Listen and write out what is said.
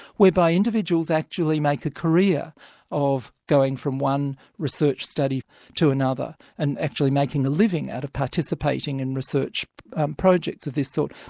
whereby individuals actually make a career of going from one research study to another, and actually making a living out of participating in research projects of this sort.